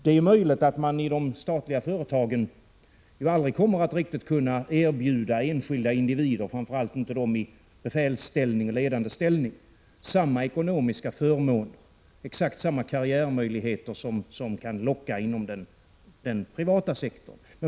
Det är möjligt att man inom de statliga företagen aldrig kommer att kunna erbjuda enskilda individer, framför allt inte dem i ledande ställning, samma ekonomiska förmåner och exakt samma karriärmöjligheter som kan locka inom den privata sektorn.